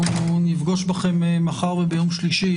נפגוש אתכם מחר וביום שלישי,